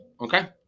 Okay